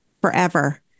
forever